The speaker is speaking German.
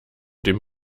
dem